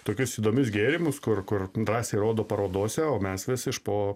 tokius įdomius gėrimus kur kur drąsiai rodo parodose o mes vis iš po